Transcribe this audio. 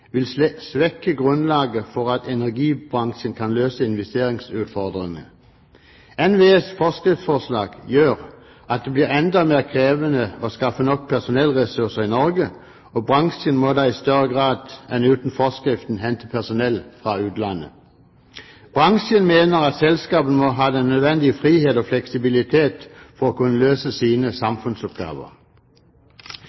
vil svekke grunnlaget for at energibransjen kan løse investeringsutfordringene. NVEs forskriftsforslag gjør at det blir enda mer krevende å skaffe nok personellressurser i Norge, og bransjen må da i større grad enn uten forskriften hente personell fra utlandet. Bransjen mener at selskapene må ha den nødvendige frihet og fleksibilitet for å kunne løse sine